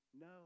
no